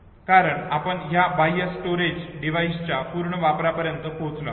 कारण आपण या बाह्य स्टोरेज डिव्हाइसच्या पूर्ण वापरा पर्यंत पोहचलो आहोत